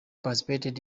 participated